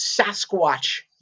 Sasquatch